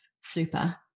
super